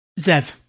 Zev